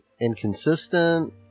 Inconsistent